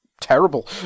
terrible